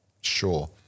sure